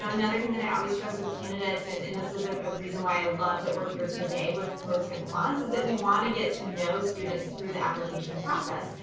ah another thing that i always stress with candidates, and and this is a reason why i love that we're here today, with poets and quants, is that we want to get to know students through the application process.